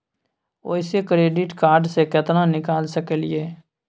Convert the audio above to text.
ओयसे credit card से केतना निकाल सकलियै?